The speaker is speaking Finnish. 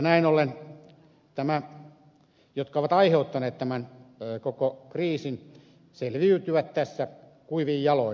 näin ollen nämä jotka ovat aiheuttaneet tämän koko kriisin selviytyvät tässä kuivin jaloin